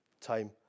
time